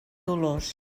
dolors